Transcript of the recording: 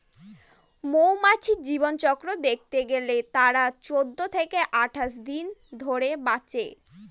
মৌমাছির জীবনচক্র দেখতে গেলে তারা চৌদ্দ থেকে আঠাশ দিন ধরে বাঁচে